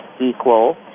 equal